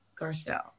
garcelle